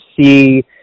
see